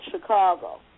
Chicago